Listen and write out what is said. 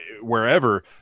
wherever